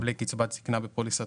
מקבלי קצבת זקנה בפוליסות